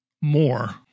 more